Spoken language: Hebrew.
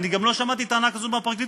אני גם לא שמעתי טענה כזאת מהפרקליטות,